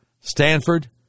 Stanford